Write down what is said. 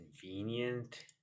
convenient